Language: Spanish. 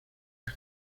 las